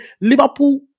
Liverpool